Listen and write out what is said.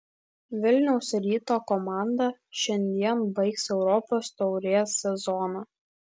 vilniaus ryto komanda šiandien baigs europos taurės sezoną